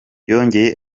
yongeye